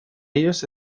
ellos